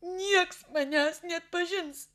nieks manęs neatpažins